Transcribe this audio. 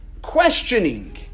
questioning